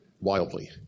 Wildly